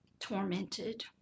tormented